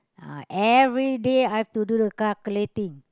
uh everyday I have to do the calculating